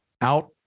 out